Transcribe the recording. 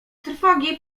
trwogi